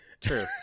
True